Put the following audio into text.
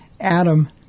Adam